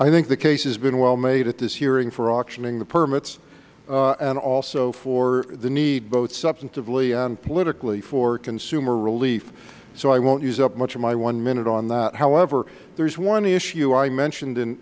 i think the case has been well made at this hearing for auctioning the permits and also for the need both substantively and politically for consumer relief so i won't use up much of my one minute on that however there is one issue i mentioned